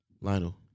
Lionel